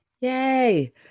Yay